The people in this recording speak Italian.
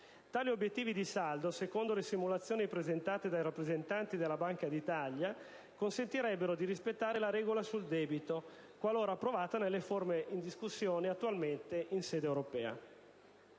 Tali obiettivi di saldo - secondo le simulazioni presentate dai rappresentanti della Banca d'Italia - consentirebbero di rispettare la regola sul debito, qualora approvata nelle forme attualmente in discussione in sede europea.